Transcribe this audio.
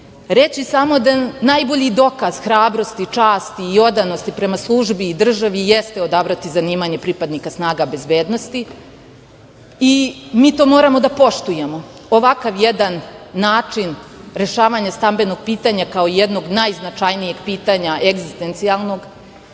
reći samo da najbolji dokaz hrabrost i čast i odanost prema službi i državi jeste odabrati zanimanje pripadnika snaga bezbednosti. Mi to moramo da poštujemo. Ovakav jedan način rešavanja stambenog pitanja, kao jednog najznačajnijeg pitanja egzistencijalnog